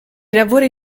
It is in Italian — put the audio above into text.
lavori